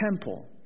temple